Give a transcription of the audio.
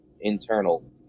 internal